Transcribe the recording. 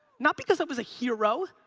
not because i was a hero,